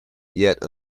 yet